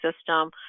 system